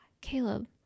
Caleb